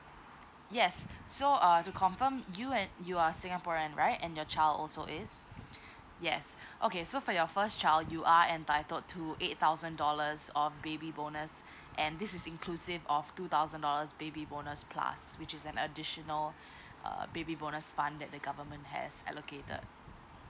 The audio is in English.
yes so err to confirm you and you are singaporean right and your child also is yes okay so for your first child you are entitled to eight thousand dollars of baby bonus and this is inclusive of two thousand dollars baby bonus plus which is an additional err baby bonus fund that the government has allocated